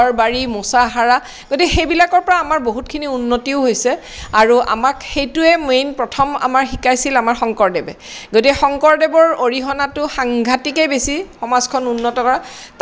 ঘৰ বাৰী মোছা সৰা গতিকে সেইবিলাকৰ পৰা আমাৰ বহুতখিনি উন্নতিও হৈছে আৰু আমাক সেইটোয়ে মেইন প্ৰথম আমাৰ শিকাইছিল আমাৰ শংকৰদেৱে গতিকে শংকৰদেৱৰ অৰিহণাটো সাংঘাতিকেই বেছি সমাজখন উন্নত কৰাত